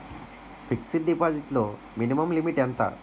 Fixed deposit లో minimum limit ఎంత?